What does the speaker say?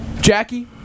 Jackie